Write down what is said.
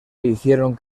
hicieron